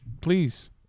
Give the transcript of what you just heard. please